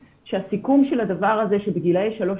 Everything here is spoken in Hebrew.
הסיכון של הדבר הזה של גילאי 12-3,